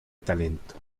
talento